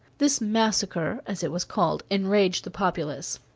this massacre, as it was called, enraged the populace.